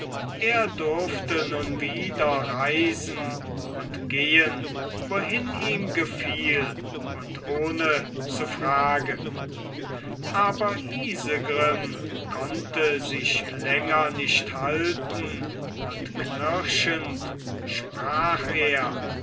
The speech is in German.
er durfte nun wieder reisen und gehen wohin ihm gefiel und ohne zu fragen aber isegrim konnte sich länger nicht halten und knirschend sprach er